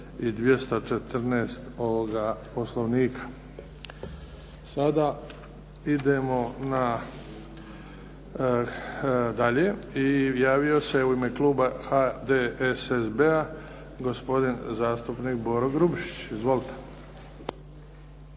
i 214. ovoga Poslovnika. Sada idemo dalje. I javio se u ime kluba HDSSB-a gospodin zastupnik Boro Grubišić. Izvolite.